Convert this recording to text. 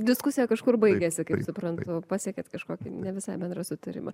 diskusija kažkur baigėsi kaip suprantu pasiekėt kažkokį visai bendrą sutarimą